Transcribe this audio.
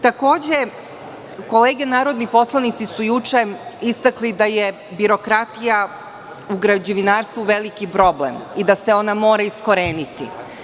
Takođe, kolege narodni poslanici su juče istakli da je birokratija u građevinarstvu veliki problem i da se ona mora iskoreniti.